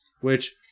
which-